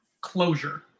closure